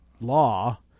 law